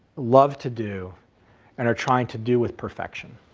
love to do and are trying to do with perfection.